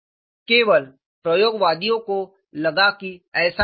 केवल प्रयोगवादियों को लगा कि ऐसा नहीं है